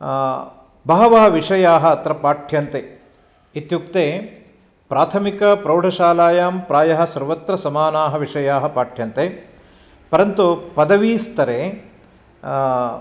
बहवः विषयाः अत्र पाठ्यन्ते इत्युक्ते प्राथमिकप्रौढशालायां प्रायः सर्वत्र समानाः विषयाः पाठ्यन्ते परन्तु पदवीस्तरे